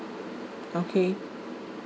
okay